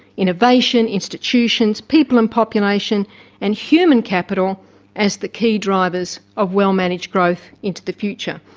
innovation, institutions, people and population and human capital as the key drivers of well-managed growth into the future.